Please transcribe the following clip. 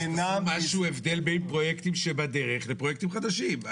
-- משהו הבדל בין פרויקטים שבדרך ופרויקטים חדשים.